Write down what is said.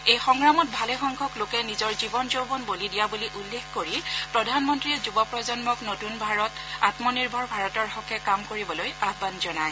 এই সংগ্ৰামত ভালেসংখ্যক লোকে নিজৰ জীৱন যৌৱন বলি দিয়া বুলি উল্লেখ কৰি প্ৰধানমন্ত্ৰীয়ে যুৱ প্ৰজন্মক নতুন ভাৰত আমনিৰ্ভৰ ভাৰতৰ হকে কাম কৰিবলৈ আহান জনায়